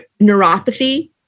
neuropathy